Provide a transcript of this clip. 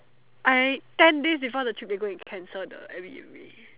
I thank this is not the trip we go and cancel the airbnb